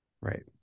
Right